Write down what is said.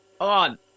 on